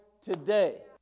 today